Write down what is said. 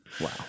Wow